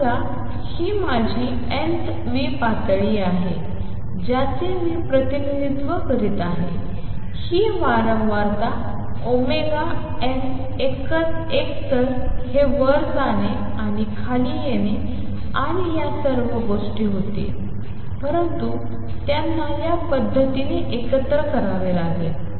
समजा ही माझी nth वी पातळी आहे ज्याचे मी प्रतिनिधित्व करीत आहे ही वारंवारता nn'एकतर हे वर जाणे आणि खाली येणे आणि या सर्व गोष्टी होतील परंतु त्यांना या पद्धतीने एकत्र करावे लागेल